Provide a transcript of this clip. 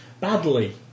Badly